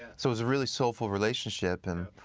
so it was a really soulful relationship, and